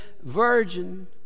virgin